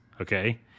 okay